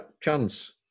chance